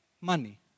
money